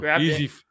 Easy